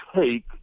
take